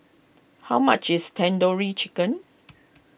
how much is Tandoori Chicken